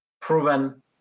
proven